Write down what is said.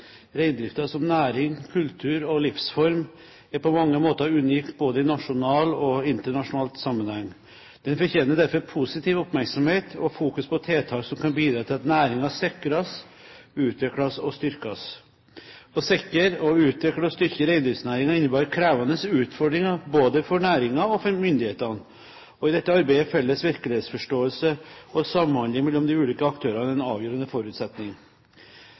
Reindriften som næring, kultur og livsform er på mange måter unik både i nasjonal og internasjonal sammenheng. Den fortjener derfor positiv oppmerksomhet og fokus på tiltak som kan bidra til at næringen sikres, utvikles og styrkes. Å sikre, utvikle og styrke reindriftsnæringen innebærer krevende utfordringer både for næringen og for myndighetene. I dette arbeidet er felles virkelighetsforståelse og samhandling mellom de ulike